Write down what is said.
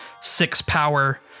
six-power